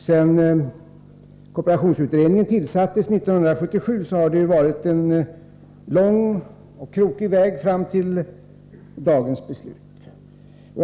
Sedan kooperationsutredningen tillsattes 1977 har det varit en lång och krokig väg fram till dagens beslut.